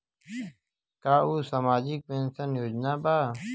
का उ सामाजिक पेंशन योजना बा?